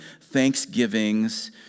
thanksgivings